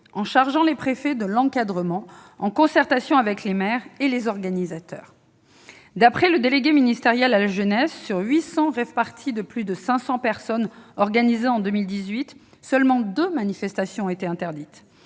décret, les préfets agissant en concertation avec les maires et les organisateurs. D'après le délégué ministériel à la jeunesse, sur 800 rave-parties de plus de 500 personnes organisées en 2018, seulement deux ont été interdites.